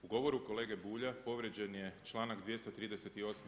U govoru kolege Bulja povrijeđen je članak 238.